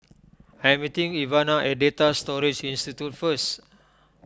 I am meeting Ivana at Data Storage Institute first